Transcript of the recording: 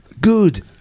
good